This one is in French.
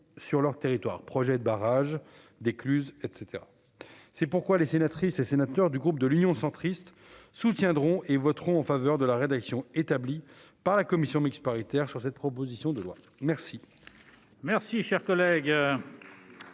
sur leur territoire, projet de barrage d'écluses, etc, c'est pourquoi les sénatrices et sénateurs du groupe de l'Union centriste soutiendrons et voterons en faveur de la rédaction, établie par la commission mixte paritaire, sur cette proposition de loi merci.